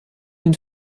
den